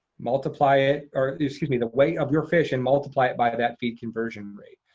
multiply it, or excuse me, the weight of your fish, and multiply it by that feed conversion rate.